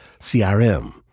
CRM